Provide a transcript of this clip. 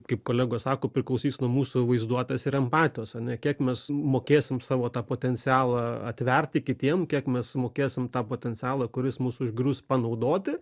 kaip kolegos sako priklausys nuo mūsų vaizduotės ir empatijos ane kiek mes mokėsim savo tą potencialą atverti kitiem kiek mes mokėsim tą potencialą kuris mus užgrius panaudoti